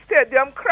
stadium